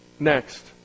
Next